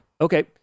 Okay